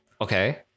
Okay